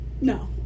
No